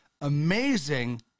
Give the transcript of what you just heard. amazing